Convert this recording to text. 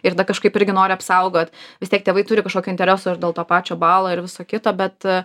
ir da kažkaip irgi nori apsaugot vistiek tėvai turi kažkokio intereso ir dėl to pačio balo ir viso kito bet